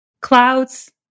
Clouds